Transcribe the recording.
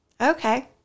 Okay